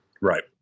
Right